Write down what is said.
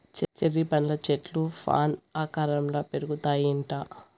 cherry పండ్ల చెట్లు fan ఆకారంల పెరుగుతాయిట